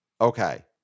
Okay